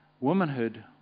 womanhood